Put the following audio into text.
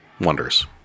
wonders